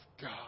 God